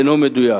אינו מדויק